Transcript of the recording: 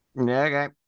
Okay